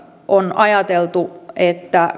on ajateltu että